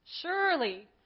Surely